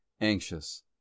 anxious